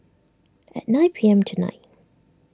at nine P M tonight